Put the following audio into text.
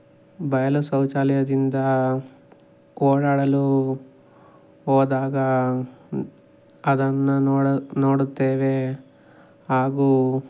ಬಯಲು ಶೌಚಾಲಯದಿಂದ ಓಡಾಡಲು ಹೋದಾಗ ಅದನ್ನು ನೋಡಿ ನೋಡುತ್ತೇವೆ ಹಾಗೂ